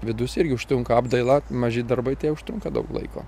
vidus irgi užtrunka apdaila maži darbai užtrunka daug laiko